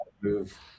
move